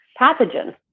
pathogen